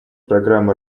программы